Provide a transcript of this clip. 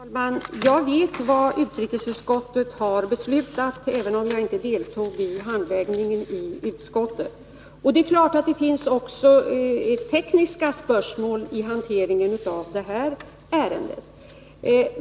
Herr talman! Jag vet vad utrikesutskottet har beslutat, även om jag inte deltog i handläggningen i utskottet. Det är klart att det också finns tekniska spörsmål i hanteringen av detta ärende.